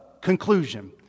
conclusion